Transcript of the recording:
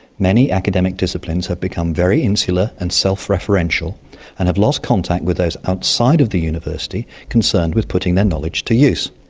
many academic disciplines have become very insular and self-referential and have lost contact with those outside of the university concerned with putting their knowledge to use.